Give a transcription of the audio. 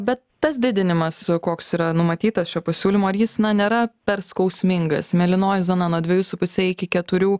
bet tas didinimas koks yra numatytas šiuo pasiūlymu ar jis nėra per skausmingas mėlynoji zona nuo dviejų su puse iki keturių